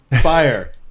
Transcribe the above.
fire